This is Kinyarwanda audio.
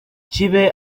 kibe